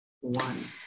one